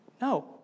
No